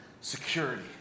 security